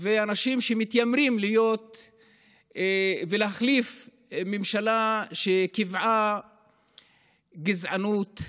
ואנשים שמתיימרים להחליף ממשלה שקיבעה גזענות,